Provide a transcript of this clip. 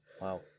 Wow